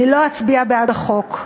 אני לא אצביע בעד החוק,